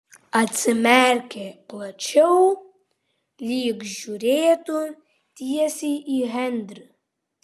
atsimerkė plačiau lyg žiūrėtų tiesiai į henrį